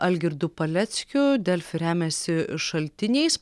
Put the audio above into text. algirdu paleckiu delfi remiasi šaltiniais